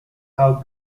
how